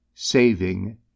SAVING